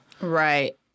Right